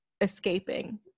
escaping